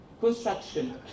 Construction